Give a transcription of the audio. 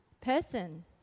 person